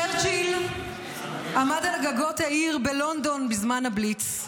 צ'רצ'יל עמד על גגות העיר בלונדון בזמן הבליץ,